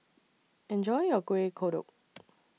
Enjoy your Kueh Kodok